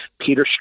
Peter